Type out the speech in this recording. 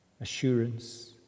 assurance